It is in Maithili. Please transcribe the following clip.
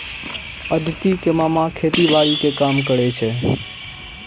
अदिति के मामा खेतीबाड़ी के काम करै छै